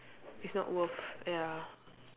it's not worth ya